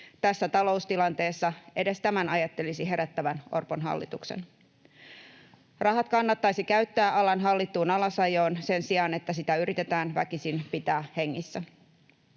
Tässä taloustilanteessa edes tämän ajattelisi herättävän Orpon hallituksen. Rahat kannattaisi käyttää alan hallittuun alasajoon sen sijaan, että sitä yritetään väkisin pitää hengissä.